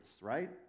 right